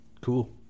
cool